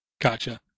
Gotcha